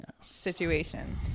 situation